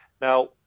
Now